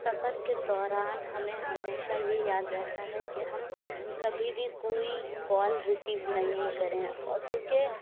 سفر کے دوران ہمیں ہمیشہ یہ یاد رہتا ہے کہ ہم کبھی بھی کوئی کال ریسیو نہیں کریں اور کیوں کہ